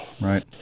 Right